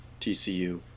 tcu